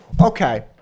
Okay